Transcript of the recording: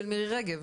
של מירי רגב.